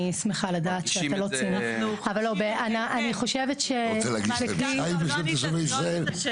לימור סון הר מלך (עוצמה יהודית): כן,